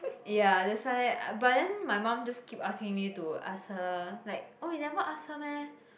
ya that's why but then my mum just keep asking me to ask her like oh you never ask her meh